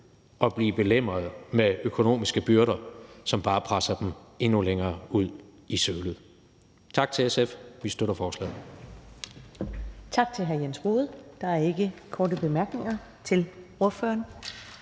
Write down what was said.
og blive belemret med økonomiske byrder, som bare presser dem endnu længere ud i sølet. Tak til SF. Vi støtter forslaget.